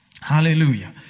Hallelujah